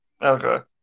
Okay